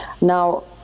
Now